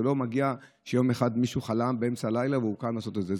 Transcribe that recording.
זה לא מגיע כי ביום אחד מישהו חלם באמצע הלילה והוא קם לעשות את זה.